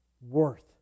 worth